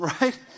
right